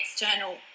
external